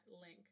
link